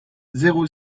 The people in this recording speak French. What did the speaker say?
zéro